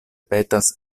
petas